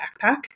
backpack